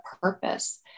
purpose